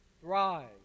Thrive